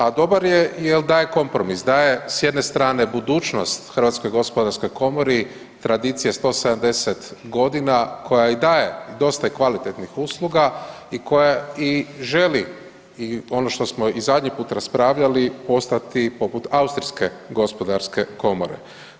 A dobar je jel daje kompromis, daje s jedne strane budućnost HGK tradicije 170.g., koja i daje i dosta kvalitetnih usluga i koja i želi i ono što smo i zadnji put raspravljali postati poput austrijske gospodarske komore.